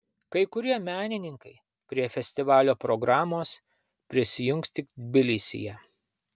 kai kurie menininkai prie festivalio programos prisijungs tik tbilisyje